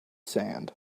sand